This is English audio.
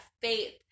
faith